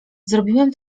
zrobiłem